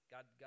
God